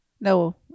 No